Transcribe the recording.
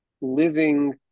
living